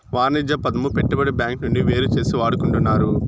వాణిజ్య పదము పెట్టుబడి బ్యాంకు నుండి వేరుచేసి వాడుకుంటున్నారు